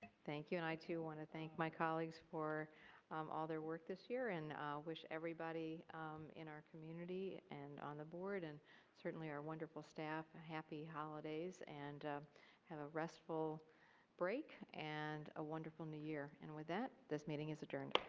thank you, and i too want to thank my colleagues for um all of their work this year and wish everybody in our community and on the board and certainly our wonderful staff, happy holidays and have a restful break and a wonderful new year. with that, this meeting is adjourned.